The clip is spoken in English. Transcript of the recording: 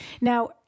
Now